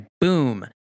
boom